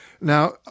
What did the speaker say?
Now